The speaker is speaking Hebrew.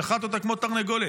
שחט אותה כמו תרנגולת